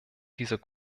dieser